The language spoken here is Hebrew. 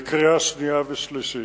לקריאה שנייה ולקריאה שלישית.